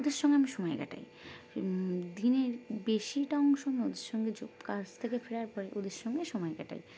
ওদের সঙ্গে আমি সময় কাটাই দিনের বেশিটা অংশ আমি ওদের সঙ্গে কাজ থেকে ফেরার পরে ওদের সঙ্গে সময় কাটাই